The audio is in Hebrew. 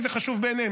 אם זה חשוב בעיניהם.